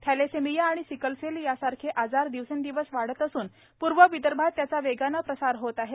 thalassemia आणि sickle cell यासारखे आजार दिवसेंदिवस वाढत सून पूर्व विदर्भात त्याचा वेगाने प्रसार होत आहे